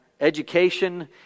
education